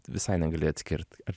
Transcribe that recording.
visai negali atskirt ar